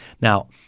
Now